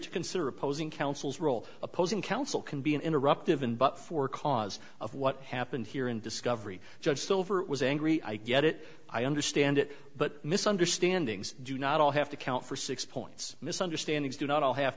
to consider opposing counsel's role opposing counsel can be interruptive in but for cause of what happened here in discovery judge silver was angry i get it i understand it but misunderstandings do not all have to count for six points misunderstandings do not all have